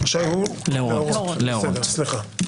בסדר.